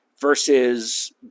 versus